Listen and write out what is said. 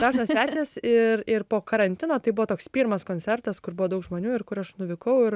dažnas svečias ir ir po karantino tai buvo toks pirmas koncertas kur buvo daug žmonių ir kur aš nuvykau ir